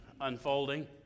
unfolding